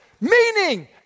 Meaning